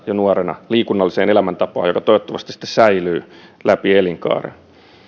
jo nuorena liikunnalliseen elämäntapaan joka toivottavasti sitten säilyy läpi elinkaaren